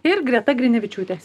ir greta grinevičiūtė